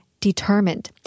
determined